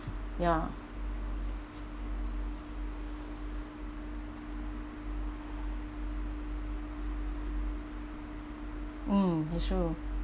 ya mm it's true